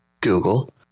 Google